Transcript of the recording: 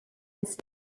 its